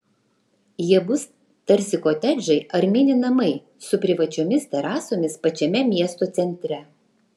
jie bus tarsi kotedžai ar mini namai su privačiomis terasomis pačiame miesto centre